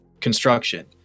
construction